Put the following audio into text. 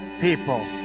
people